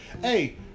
hey